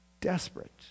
desperate